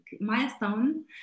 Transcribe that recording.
milestone